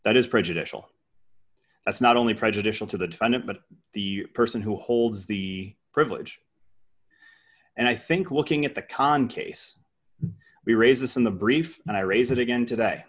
that is prejudicial that's not only prejudicial to the defendant but the person who holds the privilege and i think looking at the con case we raised this in the brief and i raise it again today